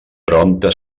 prompte